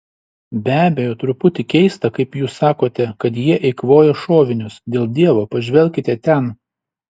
be abejo truputį keista kaip jūs sakote kad jie eikvoja šovinius dėl dievo pažvelkite ten